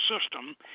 System